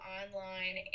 online